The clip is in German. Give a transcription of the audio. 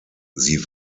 sie